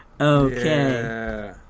Okay